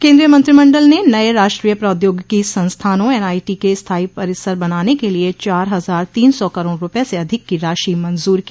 केंद्रीय मंत्रिमंडल ने नए राष्ट्रीय प्रौद्योगिकी संस्थानों एनआईटी के स्थायी परिसर बनाने के लिए चार हजार तीन सौ करोड़ रुपये से अधिक की राशि मंजूर की